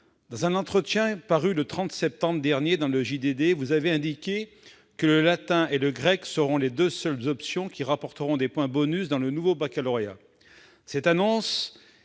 Dans un entretien paru le 30 septembre dernier dans le JDD, vous avez indiqué que « le latin et le grec seront les deux seules options qui rapporteront des points bonus dans le nouveau baccalauréat